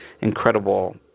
incredible